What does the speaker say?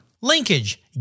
Linkage